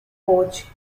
coach